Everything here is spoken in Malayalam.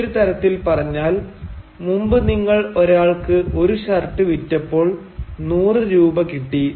മറ്റൊരു തരത്തിൽ പറഞ്ഞാൽ മുമ്പ് നിങ്ങൾ ഒരാൾക്ക് ഒരു ഷർട്ട് വിറ്റപ്പോൾ 100 രൂപ കിട്ടി